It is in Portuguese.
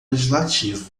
legislativo